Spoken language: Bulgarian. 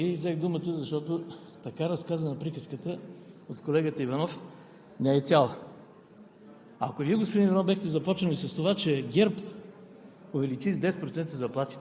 Благодаря, господин Председател. Уважаеми колеги! Взех думата, защото, така разказана, приказката от колегата Иванов не е цяла.